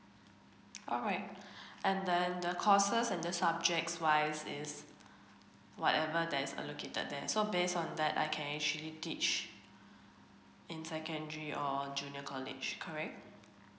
alright and then the courses and the subjects wise is whatever there's allocated there so based on that I can usually teach in secondary or a junior college correct